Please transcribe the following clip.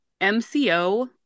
MCO